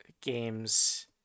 games